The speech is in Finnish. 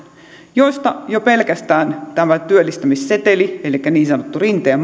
joista jo pelkästään tällä työllistämissetelillä elikkä niin sanotulla rinteen